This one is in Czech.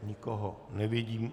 Nikoho nevidím.